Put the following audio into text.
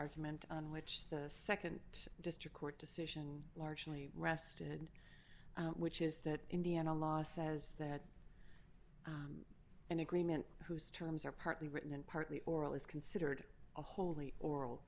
argument on which the nd district court decision largely rested which is that indiana law says that an agreement whose terms are partly written and partly oral is considered a wholly oral